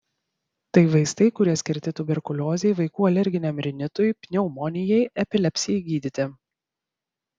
tai vaistai kurie skirti tuberkuliozei vaikų alerginiam rinitui pneumonijai epilepsijai gydyti